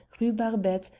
rue barbette,